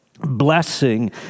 blessing